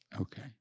Okay